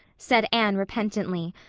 said anne repentantly.